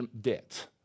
debt